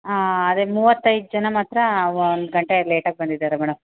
ಆಂ ಅದೇ ಮೂವತ್ತೈದು ಜನ ಮಾತ್ರ ಒಂದು ಗಂಟೆ ಲೇಟಾಗಿ ಬಂದಿದ್ದಾರೆ ಮೇಡಮ್